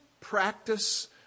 practice